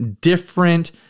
different